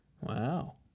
Wow